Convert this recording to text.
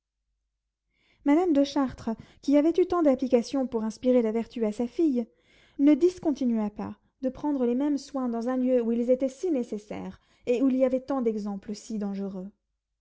madame de chartres qui avait eu tant d'application pour inspirer la vertu à sa fille ne discontinua pas de prendre les mêmes soins dans un lieu où ils étaient si nécessaires et où il y avait tant d'exemples si dangereux